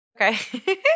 okay